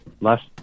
last